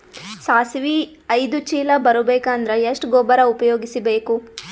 ಸಾಸಿವಿ ಐದು ಚೀಲ ಬರುಬೇಕ ಅಂದ್ರ ಎಷ್ಟ ಗೊಬ್ಬರ ಉಪಯೋಗಿಸಿ ಬೇಕು?